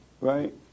Right